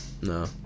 No